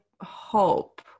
hope